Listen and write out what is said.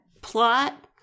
plot